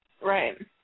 Right